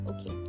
Okay